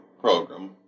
program